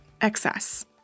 excess